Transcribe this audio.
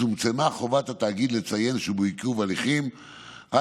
צומצמה חובת התאגיד לציין שהוא בעיכוב הליכים רק